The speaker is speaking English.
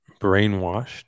brainwashed